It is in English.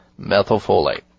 methylfolate